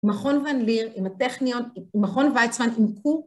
מכון ואן-ליר, עם הטכניון, מכון ויצמן, עם כור.